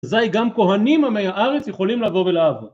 ‫אזי גם כהנים עמי הארץ ‫יכולים לבוא ולעבוד.